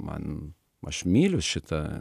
man aš myliu šitą